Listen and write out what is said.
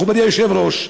מכובדי היושב-ראש,